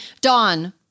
Dawn